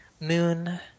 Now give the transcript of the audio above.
moon